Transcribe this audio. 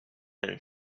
and